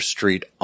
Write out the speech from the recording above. Street